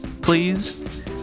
please